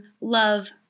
love